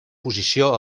posició